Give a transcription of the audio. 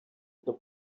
the